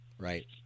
Right